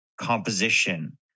composition